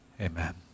Amen